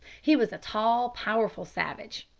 he was a tall powerful savage,